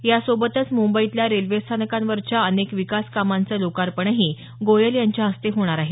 यासोबतच मंबईतल्या रेल्वे स्थानकांवरच्या अनेक विकास कामांचं लोकार्पणही गोयल यांच्या हस्ते होणार आहे